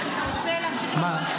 אתה רוצה להמשיך עם --- מה,